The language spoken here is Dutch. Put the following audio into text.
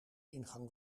ingang